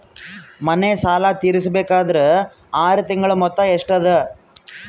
ಮನೆ ಸಾಲ ತೀರಸಬೇಕಾದರ್ ಆರ ತಿಂಗಳ ಮೊತ್ತ ಎಷ್ಟ ಅದ?